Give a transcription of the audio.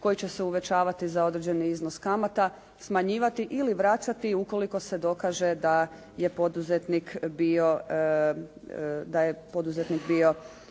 koji će se uvećavati za određeni iznos kamata, smanjivati ili vraćati ukoliko se dokaže da je poduzetnik bio